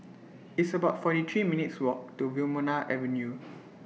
It's about forty three minutes' Walk to Wilmonar Avenue